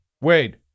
Wade